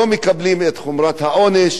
לא מקבלים את חומרת העונש.